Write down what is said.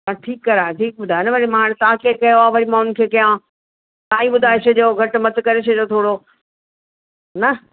हा ठीकु करा ठीकु ॿुधायो न वरी हाणे मां तव्हांखे चयो आहे वरी मां उनखे कया तव्हां ई ॿुधाए छॾियो घटि वधि करे छॾियो थोरो न